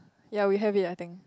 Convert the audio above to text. yea we have it I think